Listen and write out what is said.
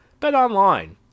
BetOnline